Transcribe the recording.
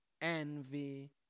envy